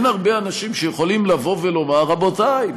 אין הרבה אנשים שיכולים לבוא ולומר: רבותי,